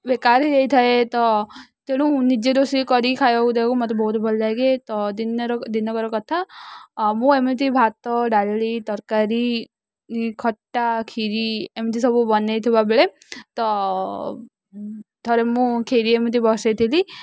ବେକାର ହେଇଥାଏ ତ ତେଣୁ ନିଜେ ରୋଷେଇ କରି ଖାଇବାକୁ ଦେବାକୁ ମୋତେ ବହୁତ ଭଲଲାଗେ ତ ଦିନର ଦିନକର କଥା ମୁଁ ଏମିତି ଭାତ ଡାଲି ତରକାରୀ ଖଟା ଖିରି ଏମିତି ସବୁ ବନେଇଥିବା ବେଳେ ତ ଥରେ ମୁଁ ଖିରି ଏମିତି ବସେଇଥିଲି